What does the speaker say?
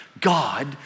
God